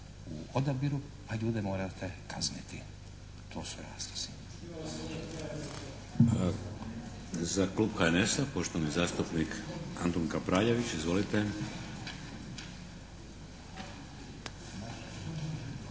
u odabiru pa ljude morate kazniti. To su razlozi.